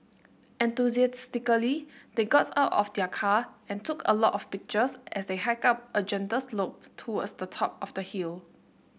enthusiastically they got out of their car and took a lot of pictures as they hiked up a gentle slope towards the top of the hill